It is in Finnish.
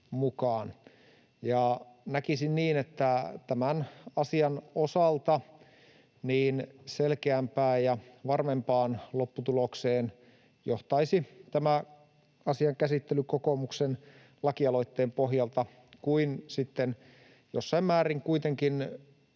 Näkisin niin, että tämän asian osalta selkeämpään ja varmempaan lopputulokseen johtaisi tämän asian käsittely kokoomuksen lakialoitteen pohjalta kuin kuitenkin jossain määrin